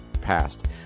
passed